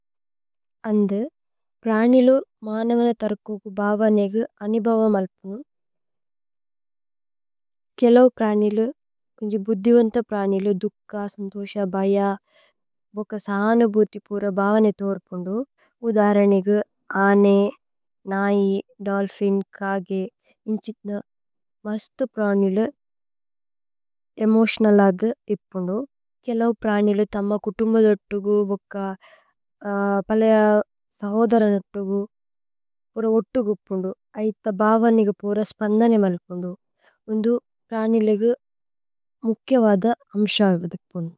പ്രനിലു മനവേന ഥര്കോകു ഭവനേഗു। അനിഭവമ് അല്പുനു കേലൌ। പ്രനിലു കുന്ജി ബുദ്ധിവന്ത പ്രനിലു। ദുക്ഖ, സന്ദുṣഅ ഭയ। ബോക സനുഭുതി പുര ഭവനേ ഥോരുപുനു। ഉധരനേഗു, അനേ, നൈ, ദോല്ഫിന്, കഗേ। ഇന്ഛിത്ന മസ്തു പ്രനിലു। ഏമോസിഓനലദി ഥിപ്പുനു കേലൌ പ്രനിലു। തമ്മ കുതുമ്ബദോത്തുഗു ബോക। പലയ തഹോദരനത്തുഗു പുര ഓത്തു ഗുപ്പുനു। ഐഥ ഭവനേഗു പുര സ്പന്ദനിമലുപുനു। ഉന്ദു പ്രനിലുഗു മുക്കേവദ അമ്ṣഅവിധിപ്പുനു।